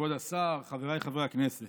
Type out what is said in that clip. כבוד השר, חבריי חברי הכנסת,